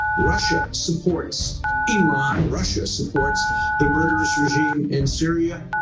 russia supports iran, russia supports the murderous regime in syria.